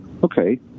okay